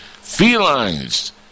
felines